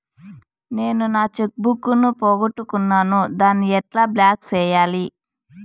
నేను నా cheque book ను పోగొట్టుకున్నాను దాన్ని ఎట్లా బ్లాక్ సేయాలి?